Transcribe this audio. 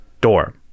door